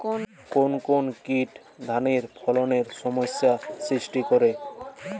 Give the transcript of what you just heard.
কোন কোন কীট ধানের ফলনে সমস্যা সৃষ্টি করে?